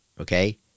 Okay